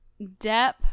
depp